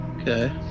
Okay